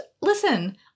listen